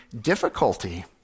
difficulty